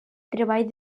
treball